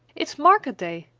it's market day,